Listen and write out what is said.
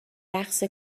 رقص